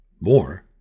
more